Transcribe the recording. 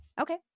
Okay